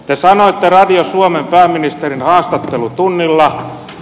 te sanoitte radio suomen pääministerin haastattelutunnilla